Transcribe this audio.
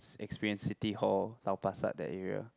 experience City Hall lau-pa-sat that area